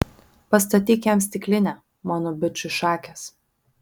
pastatyk jam stiklinę mano bičui šakės